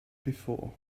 before